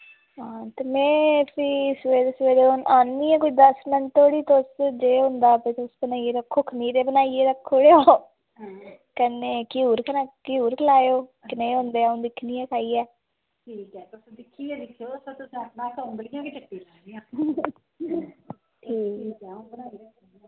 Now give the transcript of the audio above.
हां ते में फ्ही सवेरे सवेरे हून आन्नी ऐ कोई दस मैंट्ट धोड़ी तुस जे होंदा ते तुस बनाइयै रक्खो खमीरे बनाइयै रक्खी ओड़ेओ कन्नै घ्यूर कन्नै घ्यूर खलाएओ कनेह् होंदे अ'ऊं दिक्खनी आं खाइयै ठीक ऐ